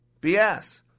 BS